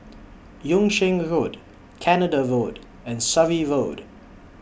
Yung Sheng Road Canada Road and Surrey Road